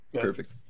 perfect